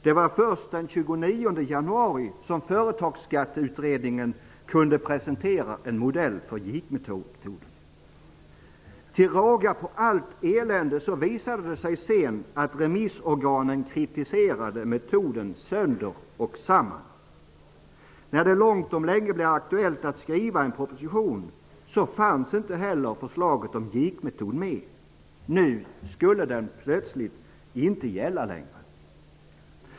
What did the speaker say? Det var först den 29 januari som Företagsskatteutredningen kunde presentera en modell för JIK-metoden. Till råga på allt elände visade det sig sedan att remissorganen kritiserade metoden sönder och samman. När det långt om länge blev aktuellt att skriva en proposition fanns inte heller förslaget om en JIK-metod med. Nu skulle den plötsligt inte gälla längre.